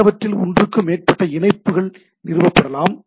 சிலவற்றில் ஒன்றுக்கு மேற்பட்ட இணைப்பு இணைப்புகள் நிறுவப்படலாம்